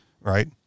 right